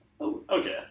Okay